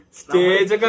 stage